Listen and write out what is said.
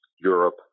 Europe